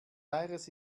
aires